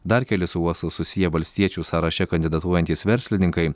dar keli su uostu susiję valstiečių sąraše kandidatuojantys verslininkai